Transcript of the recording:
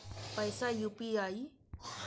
पैसा यू.पी.आई?